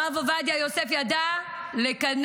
הרב עובדיה יוסף ידע לכנס